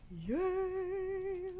Yay